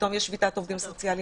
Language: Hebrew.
פתאום יש שביתת עובדים סוציאליים.